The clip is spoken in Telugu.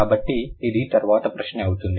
కాబట్టి ఇది తరువాత ప్రశ్న అవుతుంది